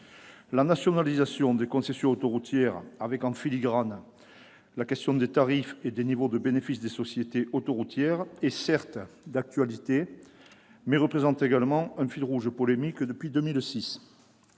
La nationalisation des concessions autoroutières, qui s'accompagne, en filigrane, de la question des tarifs et du niveau des bénéfices des sociétés autoroutières, est certes d'actualité, mais elle représente également un fil rouge polémique depuis 2006.